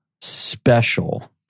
special